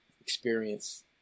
experience